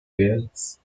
birds